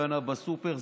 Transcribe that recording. קנה בסופר.